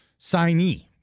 signee